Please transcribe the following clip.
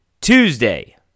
Tuesday